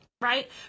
right